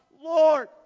Lord